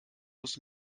muss